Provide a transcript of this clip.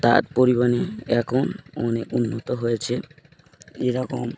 তার পরিমাণে এখন অনেক উন্নত হয়েছে এরকম